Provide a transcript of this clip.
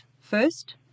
First